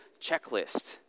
checklist